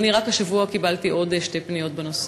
אדוני, רק השבוע קיבלתי עוד שתי פניות בנושא.